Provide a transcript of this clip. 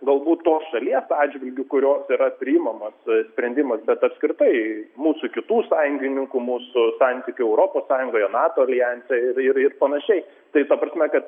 galbūt tos šalies atžvilgiu kurios yra priimamas sprendimas bet apskritai mūsų kitų sąjungininkų mūsų santykių europos sąjungoje nato aljanse ir ir ir panašiai tai ta prasme kad